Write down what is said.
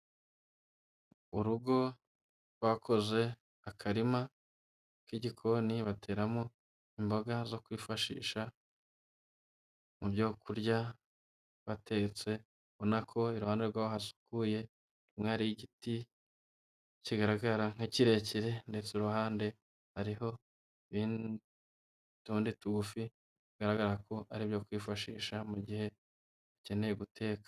Mu rugo bakoze akarima k'igikoni bateramo imboga zo kwifashisha mu byo kurya batetse urabona nako iruhande rwaho hasukuye inkari y' igiti kigaragara nk'ikirekire ndetse uruhande hariho utundi tugufi bigaragara ko ari ibyo kwifashisha mu gihe bakeneye guteka.